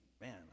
man